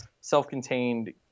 self-contained